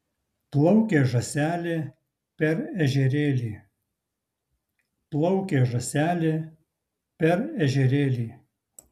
plaukė žąselė per ežerėlį plaukė žąselė per ežerėlį